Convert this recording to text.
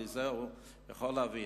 יכול להבין.